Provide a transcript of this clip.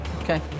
Okay